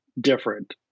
different